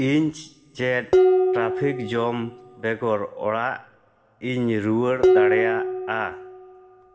ᱤᱧ ᱪᱮᱫ traffic jam ᱵᱮᱜᱚᱨ ᱚᱲᱟᱜ ᱤᱧ ᱨᱩᱣᱟᱹᱲ ᱫᱟᱲᱮᱭᱟᱜᱼᱟ